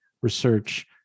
research